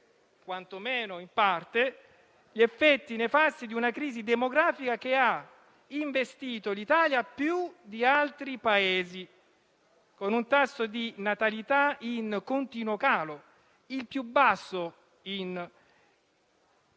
quantomeno in parte, gli effetti nefasti di una crisi demografica che ha investito l'Italia più di altri Paesi, con un tasso di natalità in continuo calo, il più basso